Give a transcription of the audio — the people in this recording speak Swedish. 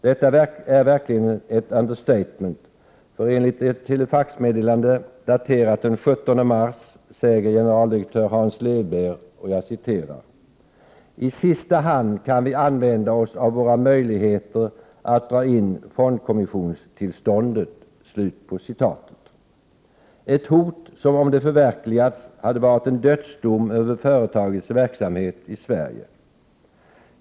Detta är verkligen ett understatement, för enligt ett telefaxmeddelande daterat den 17 mars säger generaldirektör Hans Löwbeer: ”TI sista hand kan vi använda oss av våra möjligheter att dra in fondkommissionstillståndet.” Det är ett hot som, om det förverkligats, hade varit en dödsdom över företagets verksamhet i Sverige.